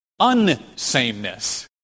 unsameness